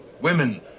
Women